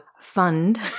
fund